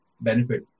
benefit